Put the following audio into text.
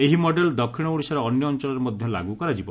ଏହି ମଡେଲ ଦ ଓଡିଶାର ଅନ୍ୟ ଅଞ୍ଞଳରେ ମଧ୍ଧ ଲାଗୁ କରାଯିବ